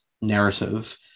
narrative